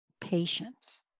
patience